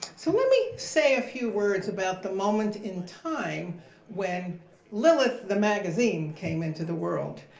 so let me say a few words about the moment in time when lilith, the magazine, came into the world.